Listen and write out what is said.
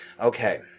Okay